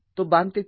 तो बाण तेथे आहे